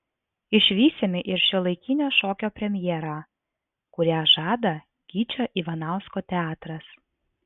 išvysime ir šiuolaikinio šokio premjerą kurią žada gyčio ivanausko teatras